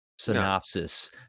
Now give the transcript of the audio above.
synopsis